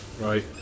right